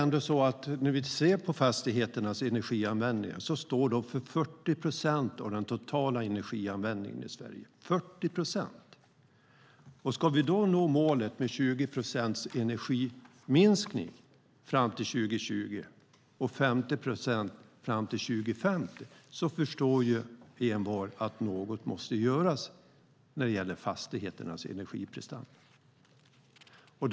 När vi ser på fastigheternas energianvändning ser vi att de står för 40 procent av den totala energianvändningen. 40 procent! Ska vi då nå målet med 20 procents energiminskning fram till 2020 och 50 procent fram till 2050 förstår envar att något måste göras när det gäller fastigheternas energiprestanda.